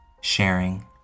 sharing